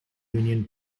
union